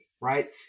right